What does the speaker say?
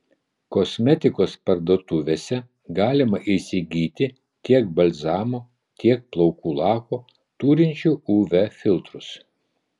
kosmetikos parduotuvėse galima įsigyti tiek balzamo tiek plaukų lako turinčių uv filtrus